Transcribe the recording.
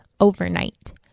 overnight